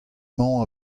mañ